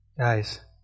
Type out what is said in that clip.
Guys